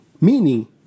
meaning